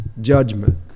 judgment